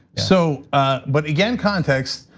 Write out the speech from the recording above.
so ah but again, context.